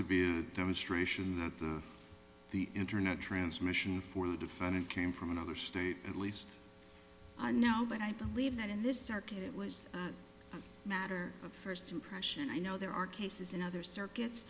to be a demonstration that the internet transmission for the defendant came from another state at least i know but i believe that in this circuit it was a matter of first impression i know there are cases in other circuits